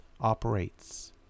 operates